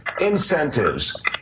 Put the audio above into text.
incentives